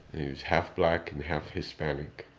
he was half black and half hispanic.